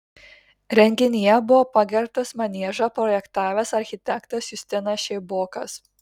renginyje buvo pagerbtas maniežą projektavęs architektas justinas šeibokas